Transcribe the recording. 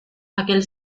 aquel